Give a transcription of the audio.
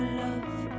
love